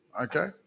okay